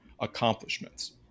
accomplishments